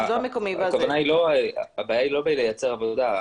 הבעיה היא לא בלייצר עבודה,